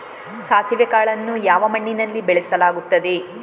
ಸಾಸಿವೆ ಕಾಳನ್ನು ಯಾವ ಮಣ್ಣಿನಲ್ಲಿ ಬೆಳೆಸಲಾಗುತ್ತದೆ?